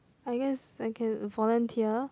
I guess I can volunteer